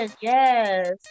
yes